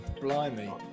Blimey